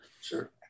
Sure